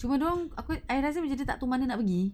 sebab dia orang apa I rasa macam tu dia tak nak pergi